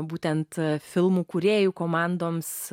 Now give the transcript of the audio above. būtent filmų kūrėjų komandoms